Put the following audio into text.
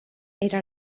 era